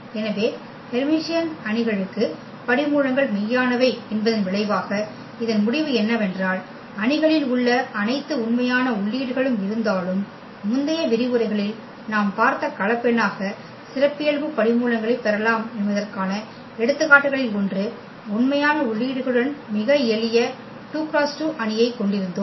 எனவே ஹெர்மிசியன் அணிகளுக்கு படிமூலங்கள் மெய்யானவை என்பதன் விளைவாக இதன் முடிவு என்னவென்றால் அணிகளில் உள்ள அனைத்து உண்மையான உள்ளீடுகளும் இருந்தாலும் முந்தைய விரிவுரைகளில் நாம் பார்த்த கலப்பெண்ணாக சிறப்பியல்பு படிமூலங்களைப் பெறலாம் என்பதற்கான எடுத்துக்காட்டுகளில் ஒன்று உண்மையான உள்ளீடுகளுடன் மிக எளிய 2 x 2 அணியைக் கொண்டிருந்தோம்